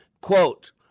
Quote